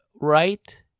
right